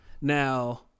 Now